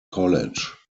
college